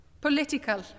political